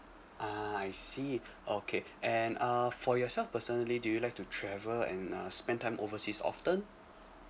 ah I see okay and uh for yourself personally do you like to travel and uh spend time overseas often